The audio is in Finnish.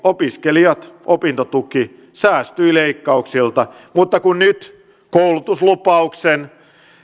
opiskelijat ja opintotuki säästyivät leikkauksilta mutta kun nyt koulutuslupauksen